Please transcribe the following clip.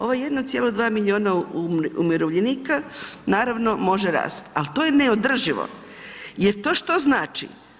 Ovo 1,2 milijuna umirovljenika naravno može rasti, ali to je neodrživo jer to što znači?